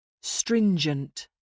Stringent